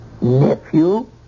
Nephew